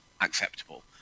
acceptable